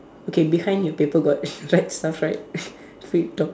okay behind your paper got write stuff right free top~